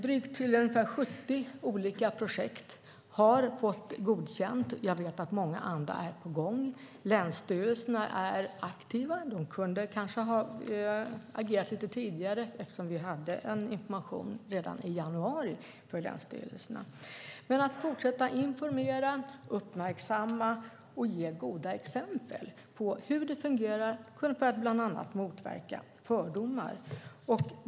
Drygt 70 olika projekt har fått godkänt. Jag vet att många andra är på gång. Länsstyrelserna är aktiva. De kunde kanske ha agerat lite tidigare eftersom vi hade en information för länsstyrelserna redan i januari. Det handlar om att fortsätta att informera, uppmärksamma och ge goda exempel på hur det fungerar för att bland annat motverka fördomar.